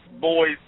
boys